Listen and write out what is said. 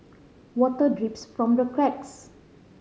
water drips from the cracks